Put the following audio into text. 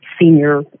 senior